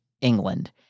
England